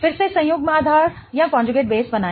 फिर से संयुग्म आधार बनाएं